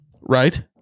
Right